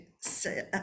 say